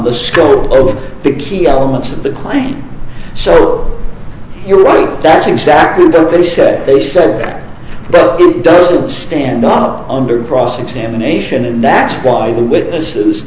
the school or the key elements of the klein so you're right that's exactly what they said they said that doesn't stand up under cross examination and that's why the witnesses